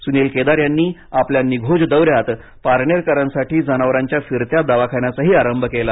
सुनील केदार यांनी आपल्या निघोज दौऱ्यात पारनेकरांसाठी जनावरांच्या फिरत्या दवाखान्याचाही आरंभ केला